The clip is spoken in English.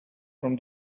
from